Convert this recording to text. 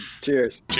Cheers